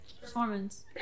Performance